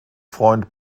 freund